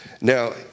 Now